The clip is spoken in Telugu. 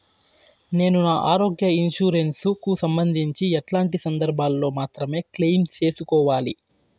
నేను నా ఆరోగ్య ఇన్సూరెన్సు కు సంబంధించి ఎట్లాంటి సందర్భాల్లో మాత్రమే క్లెయిమ్ సేసుకోవాలి?